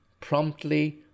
promptly